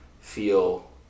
feel